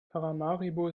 paramaribo